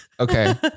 Okay